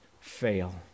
fail